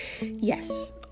yes